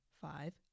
five